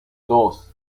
dos